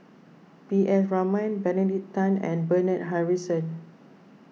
P S Raman Benedict Tan and Bernard Harrison